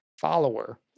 follower